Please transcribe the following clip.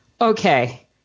okay